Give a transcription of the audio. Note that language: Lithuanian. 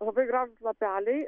labai gražūs lapeliai